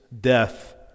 death